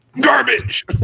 garbage